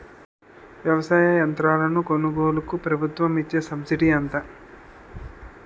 వ్యవసాయ యంత్రాలను కొనుగోలుకు ప్రభుత్వం ఇచ్చే సబ్సిడీ ఎంత?